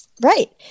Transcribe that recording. Right